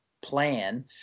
plan